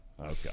Okay